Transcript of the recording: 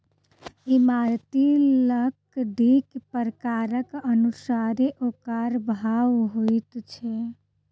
इमारती लकड़ीक प्रकारक अनुसारेँ ओकर भाव होइत छै